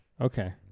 Okay